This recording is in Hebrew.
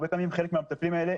הרבה פעמים חלק מהטפלים האלה,